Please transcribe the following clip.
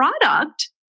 product